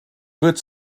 wird